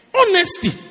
Honesty